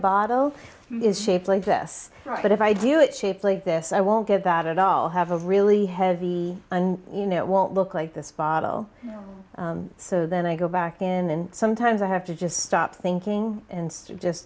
bottle is shaped like this but if i do it shaped like this i won't give that it all have a really heavy and you know it won't look like this bottle so then i go back in sometimes i have to just stop thinking and just